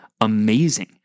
amazing